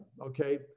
okay